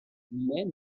mais